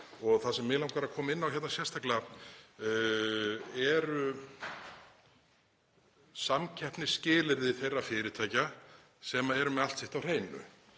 Það sem mig langar að koma inn á hérna sérstaklega eru samkeppnisskilyrði þeirra fyrirtækja sem eru með allt sitt á hreinu.